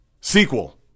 sequel